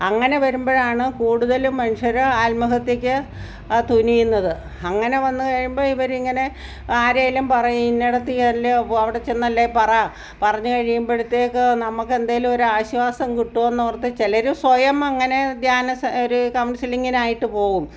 അങ്ങനെ വരുമ്പോഴാണ് കൂടുതലും മനുഷ്യർ ആത്മഹത്യയ്ക്ക് ആ തുനിയുന്നത് അങ്ങനെ വന്ന് കഴിയുമ്പോൾ ഇവരിങ്ങനെ ആരെങ്കിലും പറയും ഇന്നടുത്ത് ചെല്ല് പോ അവിടെ ചെന്ന് അല്ലെ പറ പറഞ്ഞ് കഴിയുമ്പോഴത്തേക്ക് നമുക്ക് എന്തെങ്കിലും ഒരു ആശ്വാസം കിട്ടുമെന്ന് ഓർത്ത് ചിലർ സ്വയം അങ്ങനെ ധ്യാന സ ഒരു കൗൺസിലിംഗിനായിട്ട് പോകും